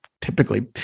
typically